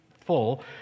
full